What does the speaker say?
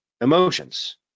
emotions